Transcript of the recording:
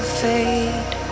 fade